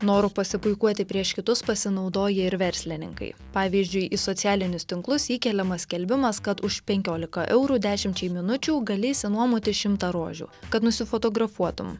noru pasipuikuoti prieš kitus pasinaudoja ir verslininkai pavyzdžiui į socialinius tinklus įkeliamas skelbimas kad už penkiolika eurų dešimčiai minučių gali išsinuomoti šimtą rožių kad nusifotografuotum